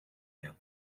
air